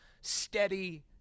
Steady